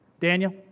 Daniel